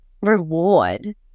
reward